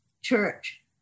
church